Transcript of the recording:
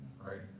right